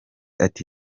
ati